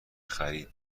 خرید